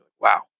Wow